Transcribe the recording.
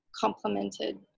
complemented